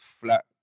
flat